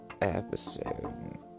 episode